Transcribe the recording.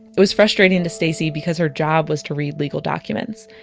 it was frustrating to stacie because her job was to read legal documents.